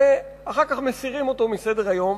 ואחר כך מסירים אותו מסדר-היום,